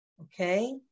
okay